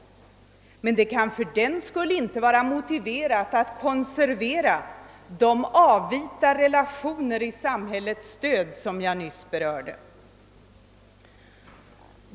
Men det kan fördenskull inte vara motiverat att konservera de avvita relationer i samhällets stöd som jag nyss berörde.